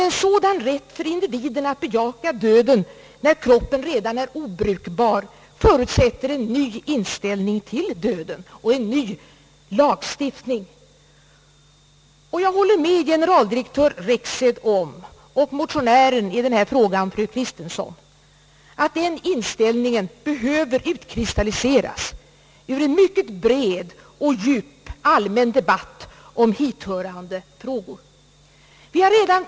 En sådan rätt för individen att bejaka döden när kroppen redan är obrukbar förutsätter emellertid en ny inställ ning till döden och en ny lagstiftning. Jag håller med generaldirektör Rexed om — och även motionären i denna fråga, fru Kristensson — att den inställningen behöver utkristalliseras ur en mycket bred och djup allmän debatt om hithörande frågor.